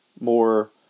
more